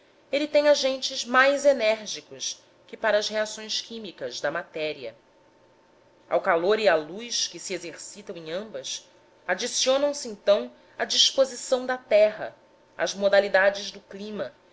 ele tem agentes mais enérgicos que para as reações químicas da matéria ao calor e à luz que se exercitam em ambas adicionam se então a disposição da terra as modalidades do clima